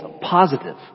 positive